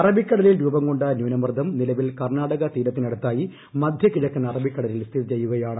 അറബിക്കടലിൽ രൂപം കൊണ്ട ന്യൂനമർദം നിലവിൽ കർണാട്കു തീരത്തിനടുത്തായി മധ്യ കിഴക്കൻ അറബിക്കടലിൽ സ്ഥിതി പ്പെയ്യുകയാണ്